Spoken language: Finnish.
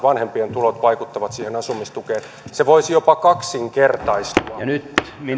ja joiden vanhempien tulot vaikuttavat siihen asumistukeen se voisi jopa kaksinkertaistua mitä